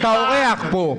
אתה אורח פה.